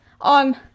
on